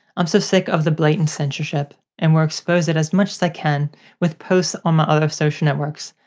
i'm so sick of the blatant censorship and will expose it as much as i can with posts on my other social networks.